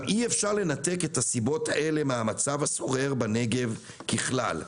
אי אפשר לנתק את הסיבות האלה מהמצב השורר בנגב ככלל.